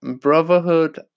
Brotherhood